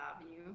avenue